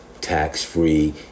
tax-free